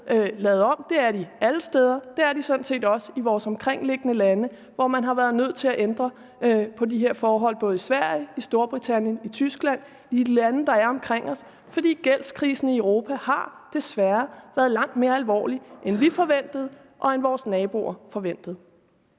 Det er de alle steder, det er de sådan set også i de lande, der ligger omkring os, og hvor man har været nødt til at ændre på de her forhold. Det gælder både Sverige, Storbritannien og Tyskland, de lande, der er omkring os, fordi gældskrisen i Europa desværre har været langt mere alvorlig, end vi forventede, og end vores naboer forventede.